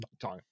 time